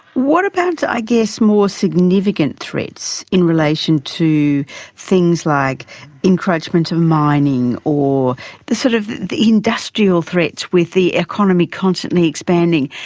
what about i guess more significant threats in relation to things like encroachment of mining or the sort of the industrial threats, with the economy constantly expanding?